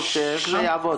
איך זה יעבוד?